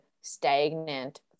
stagnant